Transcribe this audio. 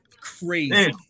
crazy